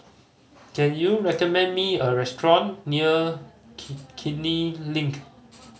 can you recommend me a restaurant near Kiichener Link